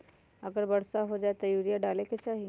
अगर वर्षा हो जाए तब यूरिया डाले के चाहि?